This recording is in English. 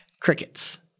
Crickets